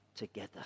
together